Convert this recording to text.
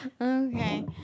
Okay